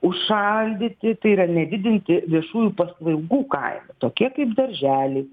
užšaldyti tai yra nedidinti viešųjų paslaugų kainų tokie kaip darželiai